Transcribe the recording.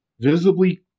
visibly